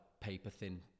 paper-thin